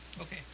Okay